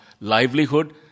livelihood